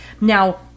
Now